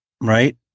right